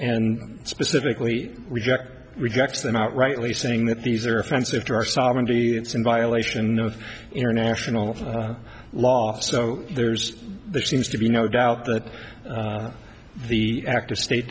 and specifically reject rejects them outrightly saying that these are offensive to our sovereignty that's in violation of international law so there's seems to be no doubt that the active state